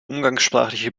umgangssprachliche